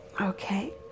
okay